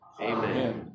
Amen